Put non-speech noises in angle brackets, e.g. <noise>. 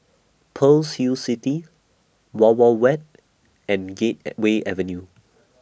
Pearl's Hill City Wild Wild Wet and Gate <hesitation> Way Avenue